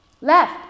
Left